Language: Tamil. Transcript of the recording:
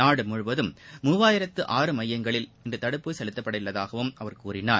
நாடு முழுவதும் மூவாயிரத்து ஆறு மையங்களில் இன்று தடுப்பூசி செலுத்தப்பட உள்ளதாகவும் அவர் கூறினார்